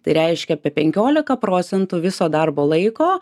tai reiškia apie penkiolika procentų viso darbo laiko